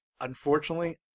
unfortunately